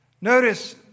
Notice